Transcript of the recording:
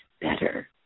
better